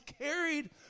carried